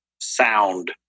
sound